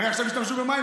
הרי עכשיו ישתמשו במים.